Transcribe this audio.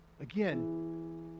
again